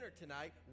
tonight